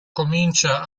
comincia